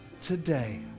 today